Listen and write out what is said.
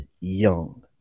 Young